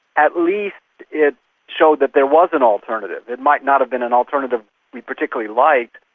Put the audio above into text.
at least it showed that there was an alternative. it might not have been an alternative we particularly liked,